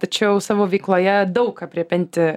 tačiau savo veikloje daug aprėpianti